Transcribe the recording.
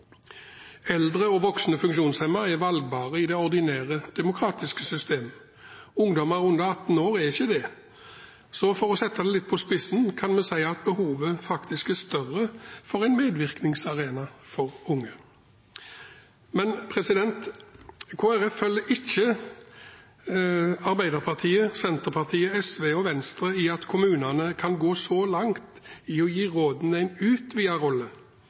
Eldre og voksne funksjonshemmede er valgbare i det ordinære demokratiske systemet. Ungdom under 18 år er ikke det, så for å sette det litt på spissen kan vi si at behovet faktisk er større for en medvirkningsarena for unge. Men Kristelig Folkeparti følger ikke Arbeiderpartiet, Senterpartiet, SV og Venstre i at kommunene kan gå så langt i å gi rådene en utvidet rolle